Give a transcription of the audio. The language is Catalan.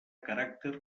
caràcter